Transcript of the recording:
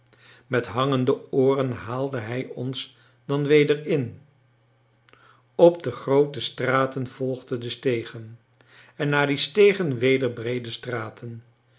met hangende ooren haalde hij ons dan weder in op de groote straten volgden de stegen en na die stegen weder breede straten